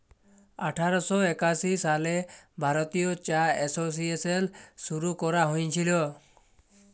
আঠার শ একাশি সালে ভারতীয় চা এসোসিয়েশল শুরু ক্যরা হঁইয়েছিল